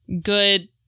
good